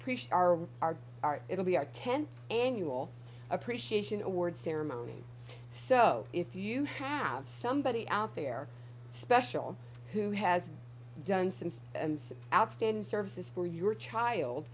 we are our it will be our tenth annual appreciation award ceremony so if you have somebody out there special who has done some outstanding services for your child